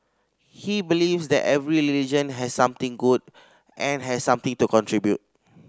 he believes that every religion has something good and has something to contribute